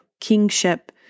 kingship